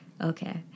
Okay